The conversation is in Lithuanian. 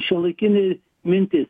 šiuolaikinį mintys